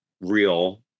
real